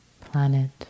planet